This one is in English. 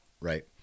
right